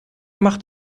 macht